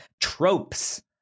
tropes